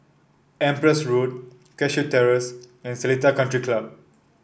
Empress Road Cashew Terrace and Seletar Country Club